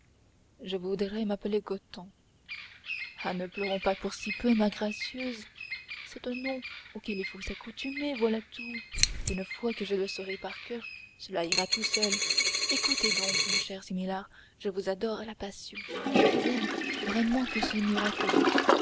je voudrais m'appeler goton ah ne pleurons pas pour si peu ma gracieuse c'est un nom auquel il faut s'accoutumer voilà tout une fois que je le saurai par coeur cela ira tout seul écoutez donc ma chère similar je vous adore à la passion je vous aime vraiment que c'est miraculeux